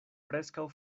preskaŭ